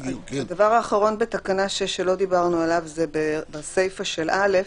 הדבר האחרון בתקנה 6 שלא דיברנו עליו זה בסיפה של (א):